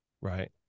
Right